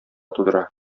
тудыра